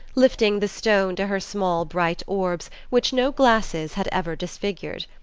lifting the stone to her small bright orbs, which no glasses had ever disfigured.